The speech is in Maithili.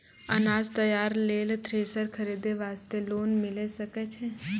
अनाज तैयारी लेल थ्रेसर खरीदे वास्ते लोन मिले सकय छै?